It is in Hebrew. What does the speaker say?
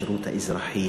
השירות האזרחי,